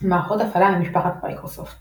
מערכות הפעלה ממשפחת מיקרוסופט